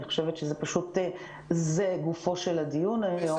אני חושבת שזה גופו של הדיון היום,